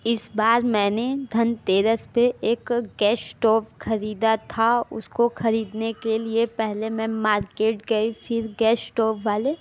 इस बार मैंने धनतेरस पर एक गैस स्टोव ख़रीदा था उसको ख़रीदने के लिए पहले मैं मार्केट गई फिर गैस स्टोव वाले